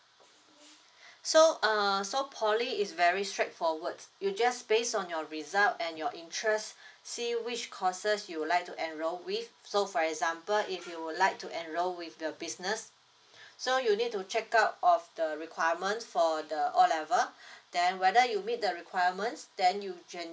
so uh so poly is very straightforward you just based on your result and your interest see which courses you'd like to enrol with so for example if you would like to enroll with the business so you need to check out of the requirement for the O level then whether you meet the requirements then you can